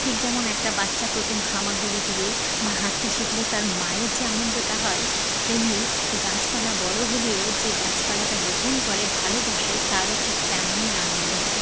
ঠিক যেমন একটা বাচ্চা প্রথম হামাগুড়ি দিলে বা হাঁটতে শিখলে তার মায়ের যে আনন্দটা হয় তেমনি গাছপালা বড়ো হলেও যে গাছপালাটা রোপণ করে ভালোবাসে তারও ঠিক তেমনই আনন্দ হয়